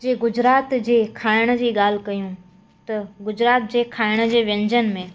जे गुजरात जे खाइण जी ॻाल्हि कयूं त गुजरात जे खाइण जे व्यंजन में